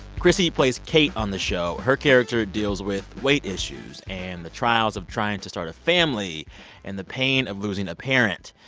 chrissy plays kate on the show. her character deals with weight issues and the trials of trying to start a family and the pain of losing a parent.